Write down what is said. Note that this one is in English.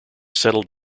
settled